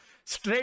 Straight